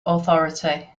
authority